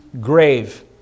grave